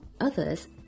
others